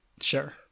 Sure